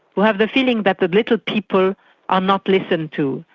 who have the feeling that the little people are not listened to,